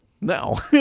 No